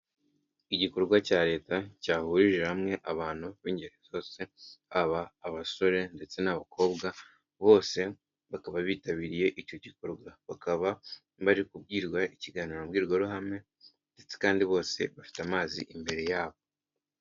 Igikorwa cya leta cyahurije hamwe abantu b'ingeri zose, aba abasore ndetse n'abakobwa bose bakaba bitabiriye icyo Igikorwa, bakaba bari kubwirwa ikiganiro mbwirwaruhame ndetse kandi bose bafite amazi imbere yabo.